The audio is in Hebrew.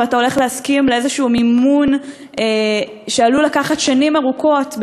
ואתה הולך להסכים לאיזה מימון שעלול לקחת שנים ארוכות,